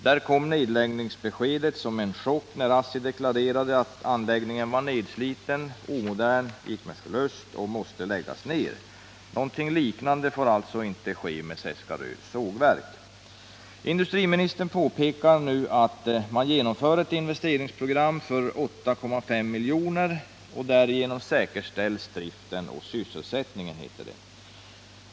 Där kom nedläggningsbeskedet som en chock när ASSI deklarerade att anläggningen var nedsliten och omodern, att den gick med förlust och måste läggas ned. Något liknande får alltså inte ske med Seskarö sågverk. Industriministern framhåller att man nu genomför ett investeringsprogram för 8,5 milj.kr., varigenom driften och sysselsättningen skall säkerställas.